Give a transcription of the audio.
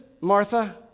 Martha